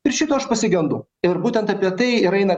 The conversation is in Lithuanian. ir šito aš pasigendu ir būtent apie tai ir eina